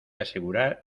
asegurar